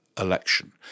election